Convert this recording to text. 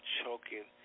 choking